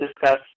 discuss